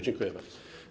Dziękuję bardzo.